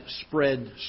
spread